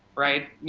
right,